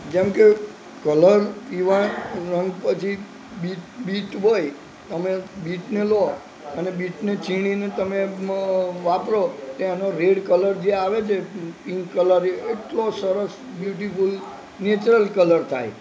જેમકે કલર રંગ પછી બીટ બીટ હોય તમે બીટને લો અને બીટને છીણીને તમે વાપરો તો એનો રેડ કલર જે આવે છે પિન્ક કલર એટલો સરસ બ્યુટીફૂલ નેચરલ કલર થાય